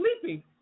sleeping